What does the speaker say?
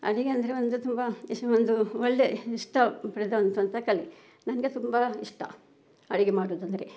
ಅಡುಗೆ ಅಂದರೆ ಒಂದು ತುಂಬ ಇಷ್ ಒಂದು ಒಳ್ಳೆ ಇಷ್ಟ ಕಲೆ ನನಗೆ ತುಂಬ ಇಷ್ಟ ಅಡುಗೆ ಮಾಡೋದು ಅಂದರೆ